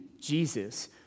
Jesus